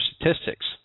Statistics